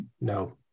No